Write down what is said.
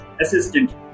assistant